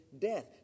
death